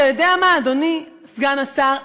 אתה יודע מה, אדוני סגן השר?